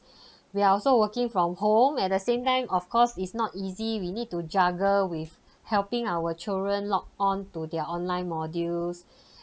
we are also working from home at the same time of course is not easy we need to juggle with helping our children log on to their online modules